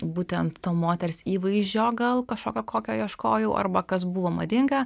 būtent to moters įvaizdžio gal kažkokio kokio ieškojau arba kas buvo madinga